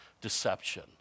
deception